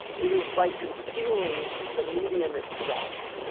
it is by concealing the medium itself.